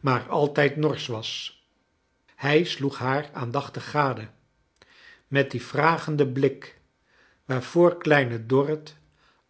maar altijd norsch was hij sloeg haar aandachtig gade met dien vragenden blik waar voor kleine dorrit